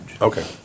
Okay